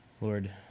Lord